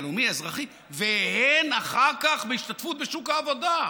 הלאומי-אזרחי, והן אחר כך בהשתתפות בשוק העבודה.